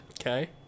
Okay